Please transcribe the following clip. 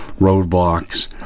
roadblocks